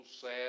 sad